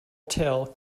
tail